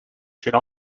should